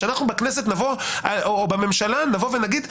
שאנחנו בכנסת או בממשלה נבוא ונגיד: